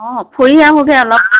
অঁ ফুৰি আহোগৈ অলপ